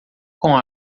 com